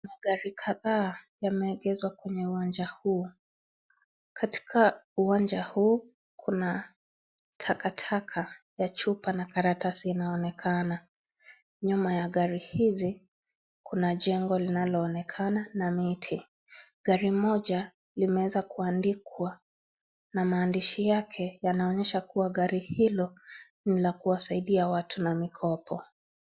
Gari kadhaa yameegeshwa kwenye uwanja huu, katika uwanja huu kuna takataka ya chupa na karatasi inaonekana nyuma ya gari hizi kuna jengo linaloonekana na miti. Gari moja limeweza kuandikwa na maandishi yake yanaonyesha kuwa gari hilo ni la kusaidia watu na mikopo.